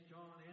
John